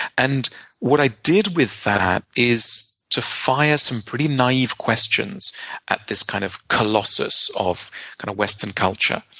and what i did with that is to fire some pretty naive questions at this kind of colossus of kind of western culture.